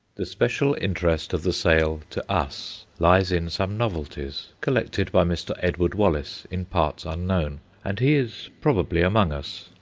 the special interest of the sale to us lies in some novelties collected by mr. edward wallace in parts unknown, and he is probably among us.